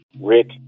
Rick